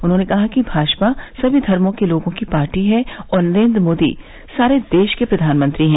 उन्होंने कहा कि भाजपा सभी धमॉ के लोगों की पार्टी है और नरेंद्र मोदी सारे देश के प्रधानमंत्री हैं